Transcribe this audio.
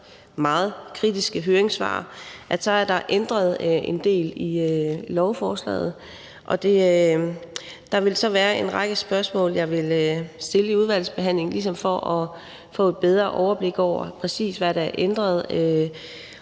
meget kritiske høringssvar er der ændret en del i lovforslaget. Der vil så være en række spørgsmål, jeg vil stille i udvalgsbehandlingen, ligesom for at få et bedre overblik over, præcis hvad der er ændret